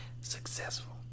successful